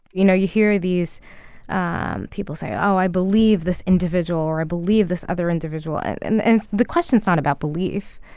you know, you hear these and people say, oh, i believe this individual or i believe this other individual. and the and the question is not about belief.